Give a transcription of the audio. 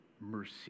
mercy